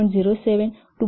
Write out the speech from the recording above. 24 5